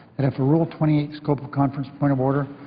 and if a rule twenty eight scope of conference point of order,